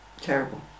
terrible